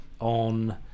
on